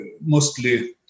mostly